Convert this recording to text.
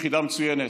שהיא יחידה מצוינת,